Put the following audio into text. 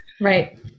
Right